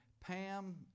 Pam